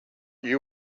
you